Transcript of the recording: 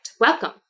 Welcome